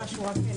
בשעה 12:46.